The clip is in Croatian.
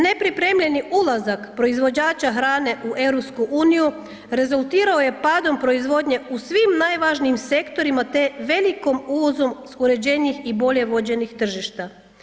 Nepripremljeni ulazak proizvođača hrane u EU rezultirao je padom proizvodnje u svim najvažnijim sektorima te velikim uvozom iz uređenijih i bolje vođenih tržišta.